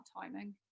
timing